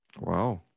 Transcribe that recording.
Wow